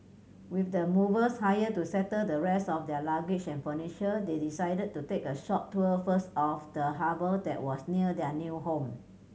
with the movers hired to settle the rest of their luggage and furniture they decided to take a short tour first of the harbour that was near their new home